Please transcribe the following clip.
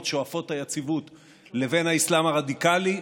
שואפות היציבות לבין האסלאם הרדיקלי,